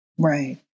Right